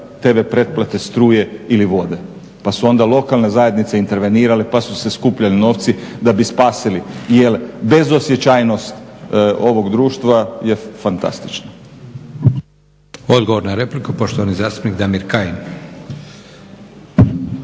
tv pretplate, struje ili vode. Pa su onda lokalne zajednice intervenirale pa su se skupljali novci da bi spasili. Jer bezosjećajnost ovog društva je fantastična.